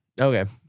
Okay